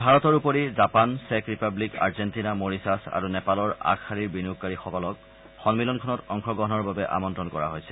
ভাৰতৰ উপৰি জাপান চেক ৰিপ্লাৱিক আৰ্জেটিনা মৰিচাচ আৰু নেপালৰ আগশাৰীৰ বিনিয়োগকাৰীসকলক সম্মিলনখনত অংশগ্ৰহণৰ বাবে আমন্ত্ৰণ কৰা হৈছে